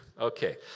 Okay